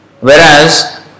Whereas